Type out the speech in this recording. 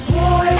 Boy